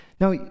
Now